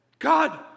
God